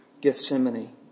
Gethsemane